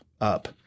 up